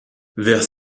vers